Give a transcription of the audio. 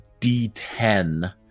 d10